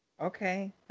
okay